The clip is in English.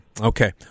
Okay